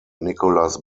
nicolas